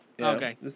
Okay